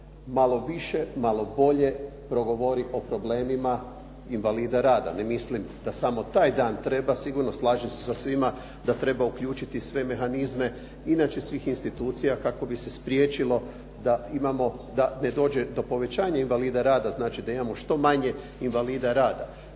malo više, malo bolje progovori o problemima invalida rada. Ne mislim da samo taj dan treba, sigurno slažem se sa svima da treba uključiti sve mehanizme inače svih institucija kako bi se spriječilo da ne dođe do povećanja invalida rada. Znači da imamo što manje invalida rada.